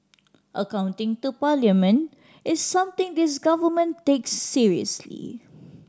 accounting to Parliament is something this Government takes seriously